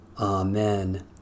Amen